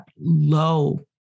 low